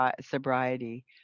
sobriety